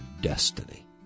destiny